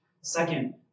Second